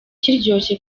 kiryoshye